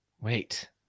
Wait